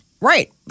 Right